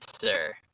sir